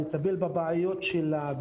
לטפל בבעיות שלה,